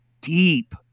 deep